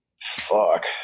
Fuck